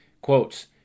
Quotes